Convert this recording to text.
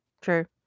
true